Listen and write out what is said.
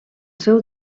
seu